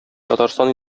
татарстан